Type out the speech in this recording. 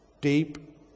deep